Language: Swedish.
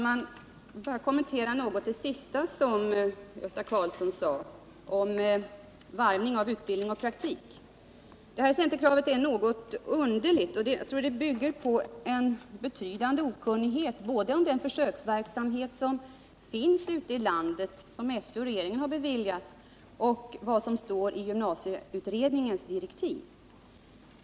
Herr talman! Jag vill något kommentera det som Gösta Karlsson anförde om varvning av utbildning och praktik. Det här centerkravet är något underligt, och jag tror det bygger på en betydande okunnighet både om den försöksverksamhet som vi har ute i landet, som SÖ och regeringen har beviljat, och om vad som står i gymnasieutredningens direktiv.